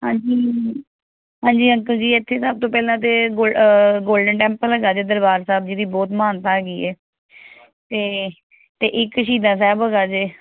ਹਾਂਜੀ ਹਾਂਜੀ ਅੰਕਲ ਜੀ ਇੱਥੇ ਸਭ ਤੋਂ ਪਹਿਲਾਂ ਤਾਂ ਗੋਲ ਗੋਲਡਨ ਟੈਂਪਲ ਹੈਗਾ ਜੇ ਦਰਬਾਰ ਸਾਹਿਬ ਜੀ ਦੀ ਬਹੁਤ ਮਹਾਨਤਾ ਹੈਗੀ ਹੈ ਅਤੇ ਅਤੇ ਇੱਕ ਸ਼ਹੀਦਾ ਸਾਹਿਬ ਹੈਗਾ ਜੇ